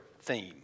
theme